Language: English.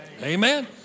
Amen